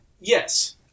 Yes